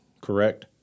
correct